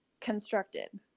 constructed